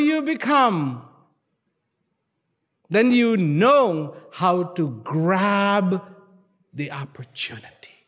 you become then you know how to grab the opportunity